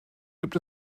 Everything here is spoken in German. gibt